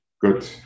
good